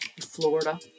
Florida